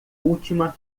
última